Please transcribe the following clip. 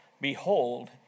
behold